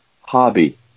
hobby